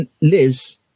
Liz